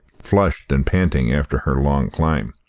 flushed and panting after her long climb.